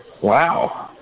Wow